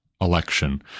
election